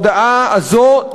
בהודעה הזאת,